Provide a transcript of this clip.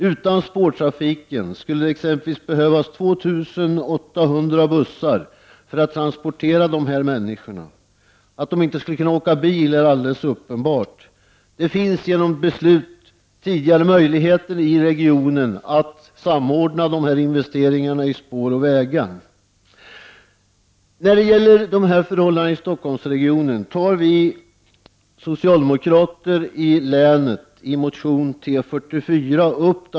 Utan spårtrafiken skulle det exempelvis behövas 2 800 bussar för att transportera dessa människor. Att de inte skulle kunna åka bil är helt uppenbart. Det finns genom tidigare beslut möjligheter i regionen att samordna investeringarna i spår och vägar. Dessa förhållanden och problem i Stockholmsregionen tar vi socialdemokrater i länet upp i motion T44.